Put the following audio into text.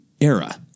era